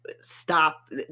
stop